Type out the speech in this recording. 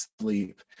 sleep